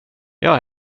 jag